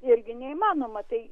irgi neįmanoma tai